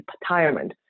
retirement